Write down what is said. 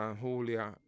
Julia